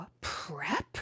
prep